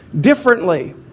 differently